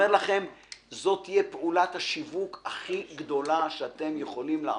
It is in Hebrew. זאת תהיה פעולת השיווק הכי גדולה שאתם יכולים לעשות.